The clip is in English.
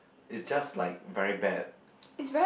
is just like very bad